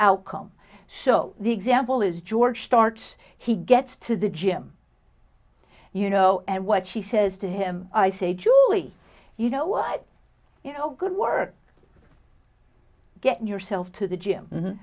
outcome so the example is george starts he gets to the gym you know and what she says to him i say julie you know what you know good work getting yourself to the gym